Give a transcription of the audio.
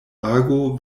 ago